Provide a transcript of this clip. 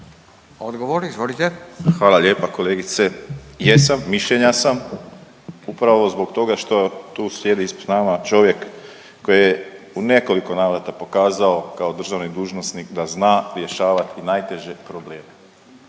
Josip (HDZ)** Hvala lijepa kolegice. Jesam mišljenja sam upravo zbog toga što tu sjedi s nama čovjek koji je u nekoliko navrata pokazao kao državni dužnosnik da zna rješavati i najteže probleme.